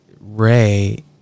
Ray